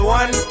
one